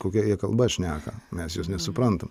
kokia jie kalba šneka mes jos nesuprantam